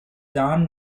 don